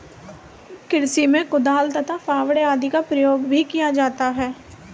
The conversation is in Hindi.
कृषि में कुदाल तथा फावड़ा आदि का प्रयोग भी किया जाता है